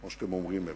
כמו שאתם אומרים לי.